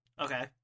Okay